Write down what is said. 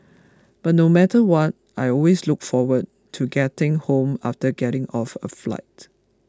but no matter what I always look forward to getting home after getting off a flight